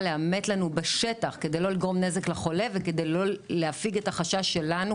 לאמת לנו בשטח כדי לא לגרום נזק לחולה וכדי להפיג את החשש שלנו,